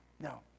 No